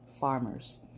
farmers